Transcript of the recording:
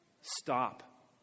Stop